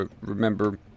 remember